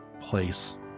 place